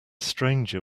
stranger